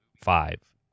five